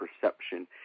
perception